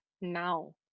now